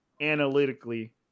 analytically